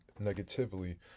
negatively